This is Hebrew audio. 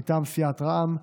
מטעם סיעת רע"מ,